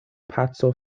paco